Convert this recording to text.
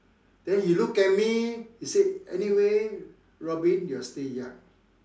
then he look at me he said anyway Robin you're still young